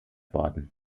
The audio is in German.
worden